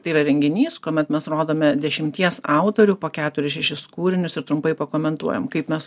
tai yra renginys kuomet mes rodome dešimties autorių po keturis šešis kūrinius ir trumpai pakomentuojam kaip mes